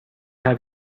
have